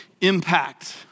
impact